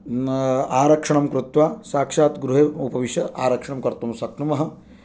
आरक्षणं कृत्वा साक्षात् गृहे उपविश्य आरक्षणं कर्तुं शक्नुमः